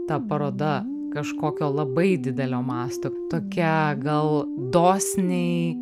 ta paroda kažkokio labai didelio masto tokia gal dosniai